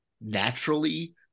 naturally